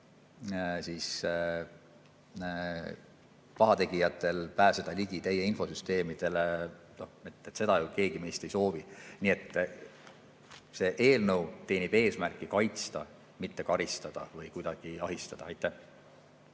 pahategijatel pääseda ligi infosüsteemidele. Seda ju keegi meist ei soovi. See eelnõu teenib eesmärki, et kaitsta, mitte karistada või kuidagi ahistada. Nii